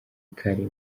kare